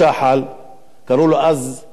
קראו לו אז שר האנרגיה,